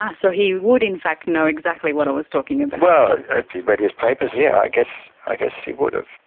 so he would in fact know exactly what i was talking about. well, if he read his papers, yeah, i guess i guess he would have.